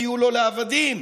בכובד ראש: באמת רעיון מצוין.